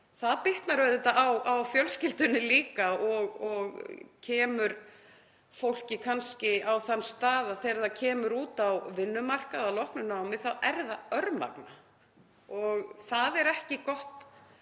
bitnar auðvitað á fjölskyldunni líka og kemur fólki kannski á þann stað að þegar það kemur út á vinnumarkað að loknu námi þá er það örmagna. Það er ekki gott